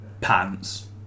pants